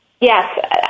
Yes